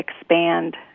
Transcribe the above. expand